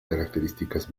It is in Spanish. características